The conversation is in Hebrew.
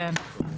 כן.